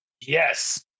Yes